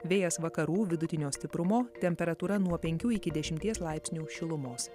vėjas vakarų vidutinio stiprumo temperatūra nuo penkių iki dešimties laipsnių šilumos